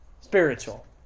spiritual